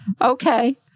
Okay